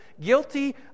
guilty